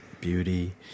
beauty